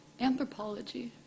Anthropology